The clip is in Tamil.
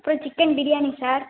அப்புறம் சிக்கன் பிரியாணி சார்